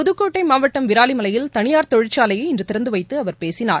புதுக்கோட்டை மாவட்டம் விராலிமலையில் தளியார் தொழிற்சாலையை இன்று திறந்து வைத்து அவர் பேசினார்